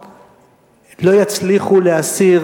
הם לא יצליחו להסיר